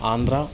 Andhra